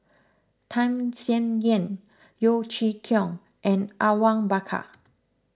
Tham Sien Yen Yeo Chee Kiong and Awang Bakar